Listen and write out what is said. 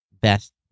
best